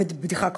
בבדיחה כמובן: